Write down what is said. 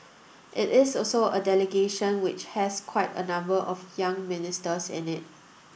it is also a delegation which has quite a number of younger ministers in it